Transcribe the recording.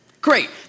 Great